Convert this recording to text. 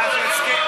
ואז יסכים?